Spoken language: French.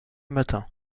matin